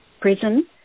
Prison